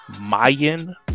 Mayan